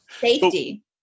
safety